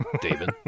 David